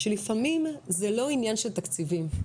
שלפעמים זה לא עניין של תקציבים.